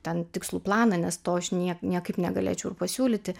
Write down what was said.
ten tikslų planą nes to aš nie niekaip negalėčiau ir pasiūlyti